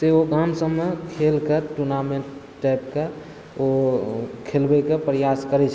से ओ गाम सभमे खेल कऽ टुर्नामेन्ट टाइपके ओ खेलबैके प्रयास करैत छै